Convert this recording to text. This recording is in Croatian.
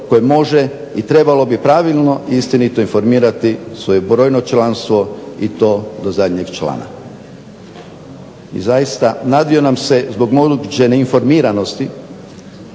koje može i trebalo bi pravilno, istinito informirati svoje brojno članstvo i to do zadnjeg člana. I zaista, nadvio nam se zbog moguće neinformiranosti,